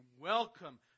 welcome